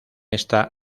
esta